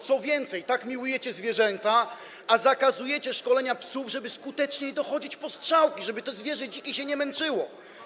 Co więcej, tak miłujecie zwierzęta, a zakazujecie szkolenia psów, żeby skuteczniej dochodzić postrzałka, żeby to dzikie zwierzę się nie męczyło.